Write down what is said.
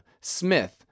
Smith